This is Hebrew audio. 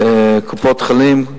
קופות-החולים,